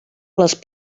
les